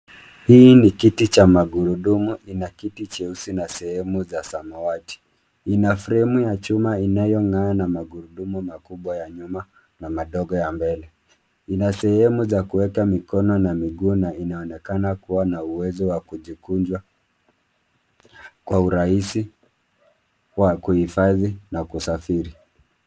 Hii ni kiti cha magurudumu ina kiti cheusi na sehemu za samawati. Ina fremu ya chuma inayongaa na magurudumu makubwa ya nyuma na madogo ya mbele. Ina sehemu za kuweka mikono na miguu na inaonekana kuwa na uwezo wa kujikunja kwa uraisi wa kuifadhi na kusa.